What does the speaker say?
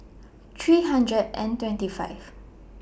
three hundred and twenty five